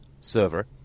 server